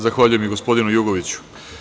Zahvaljujem i gospodinu Jugoviću.